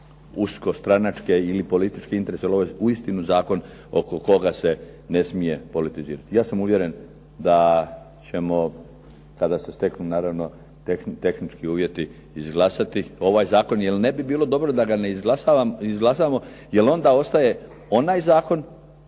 uskostranačke ili političke interese, ali ovo je uistinu zakon oko koga se ne smije politizirati. Ja sam uvjeren da ćemo, kada se steknu naravno tehnički uvjeti izglasati ovaj zakon, jer ne bi bilo dobro da ga ne izglasavamo, jer onda ostaje onaj zakon